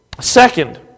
Second